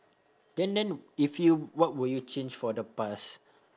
then then if you what would you change for the past